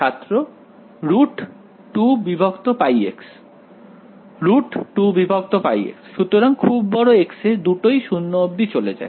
ছাত্র সুতরাং খুব বড় x এ দুটোই 0 অবধি চলে যায়